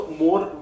more